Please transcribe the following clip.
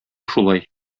шулай